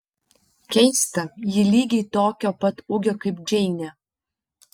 keista ji lygiai tokio pat ūgio kaip džeinė